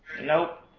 Nope